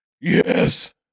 Yes